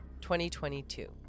2022